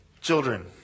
children